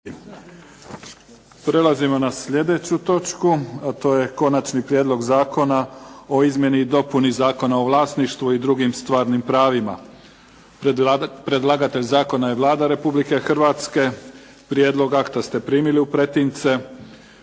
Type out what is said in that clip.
Prelazimo na sljedeću točku, a to je - Konačni prijedlog Zakona o izmjeni i dopuni Zakona o vlasništvu i drugim stvarnim pravima, hitni postupak, prvo i drugo čitanje, P.Z.E. br. 490 Predlagatelj zakona je Vlada Republike Hrvatske. Prijedlog akta ste primili u pretince.